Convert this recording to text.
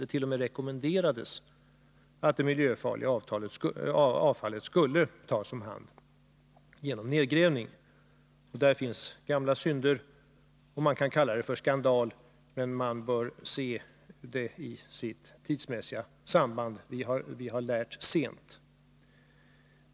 Det t.o.m. rekommenderades att det miljöfarliga avfallet skulle tas om hand genom nedgrävning. På detta område finns gamla synder, och man kan använda ordet skandal. Men vi bör se händelserna i deras tidsmässiga sammanhang — vi har lärt sent.